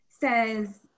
says